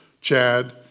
Chad